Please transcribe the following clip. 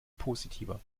positiver